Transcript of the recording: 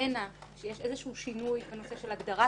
איננה שיש איזשהו שינוי בנושא של הגדרת